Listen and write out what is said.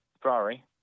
Ferrari